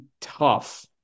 tough